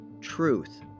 Truth